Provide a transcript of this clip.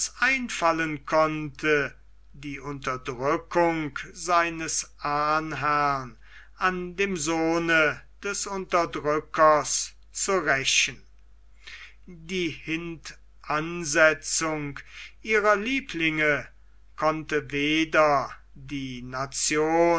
einfallen konnte die unterdrückung seines ahnherrn an dem sohne des unterdrückers zu rächen die hintansetzung ihrer lieblinge konnte weder die nation